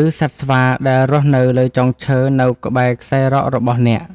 ឬសត្វស្វាដែលរស់នៅលើចុងឈើនៅក្បែរខ្សែរ៉ករបស់អ្នក។